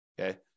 okay